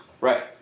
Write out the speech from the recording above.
right